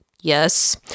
yes